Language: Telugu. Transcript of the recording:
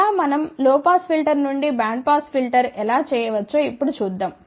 ఎలా మనం లో పాస్ ఫిల్టర్ నుండి బ్యాండ్పాస్ ఫిల్టర్ ఎలా చేయవచ్చో ఇప్పుడు చూద్దాం